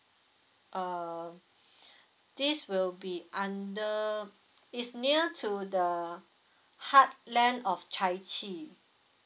uh this will be under it's near to the heartland of chai chee